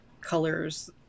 colors